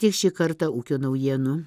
tiek šį kartą ūkio naujienų